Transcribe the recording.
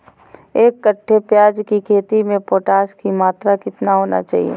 एक कट्टे प्याज की खेती में पोटास की मात्रा कितना देना चाहिए?